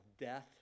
death